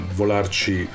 volarci